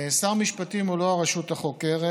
שר המשפטים הוא לא הרשות החוקרת,